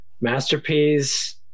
Masterpiece